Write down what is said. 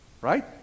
Right